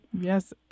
Yes